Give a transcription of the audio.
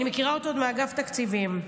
אני מכירה אותו עוד מאגף התקציבים.